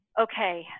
okay